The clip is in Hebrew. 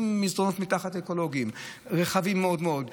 עם מסדרונות אקולוגיים רחבים מאוד מתחת,